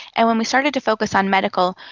and when we started to focus on medical,